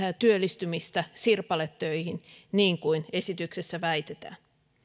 työllistymistä sirpaletöihin niin kuin esityksessä väitetään